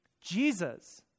Jesus